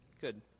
Good